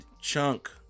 chunk